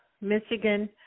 Michigan